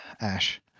Ash